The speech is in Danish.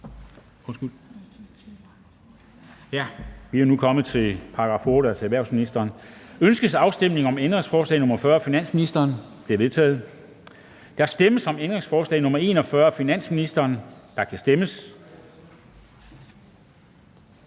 De er vedtaget. Til § 8. Erhvervsministeriet. Ønskes afstemning om ændringsforslag nr. 40 af finansministeren? Det er vedtaget. Der stemmes om ændringsforslag nr. 41 af finansministeren, og der kan stemmes.